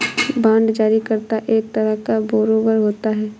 bond जारी करता एक तरह का बारोवेर होता है